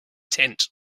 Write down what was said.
tent